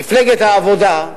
מפלגת העבודה,